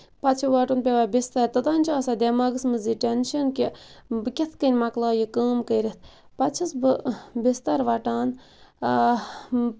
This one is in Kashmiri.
پَتہٕ چھُ وَٹُن پیٚوان بِستر توٚتام چھُ آسان دیٚماغَس منٛز یہِ ٹینشن کہِ بہٕ کِتھٕ کٔنۍ مۄکلاو یہِ کٲم کٔرِتھ پَتہٕ چھَس بہٕ بِستر وَٹان